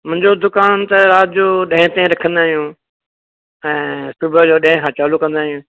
मुंहिंजो दुकानु त राति जो ॾहें ताईं रखंदा आहियूं ऐं सुबुह जो ॾहें खां चालूं कंदा आहियूं